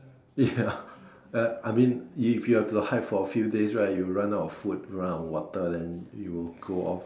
ya err I mean if you have to hide for a few days right you run out of food run out of water then you will go off